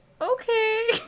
Okay